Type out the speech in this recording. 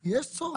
יש צורך.